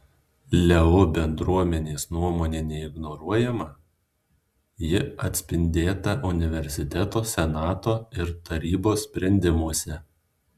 leu bendruomenės nuomonė neignoruojama ji atspindėta universiteto senato ir tarybos sprendimuose